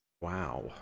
Wow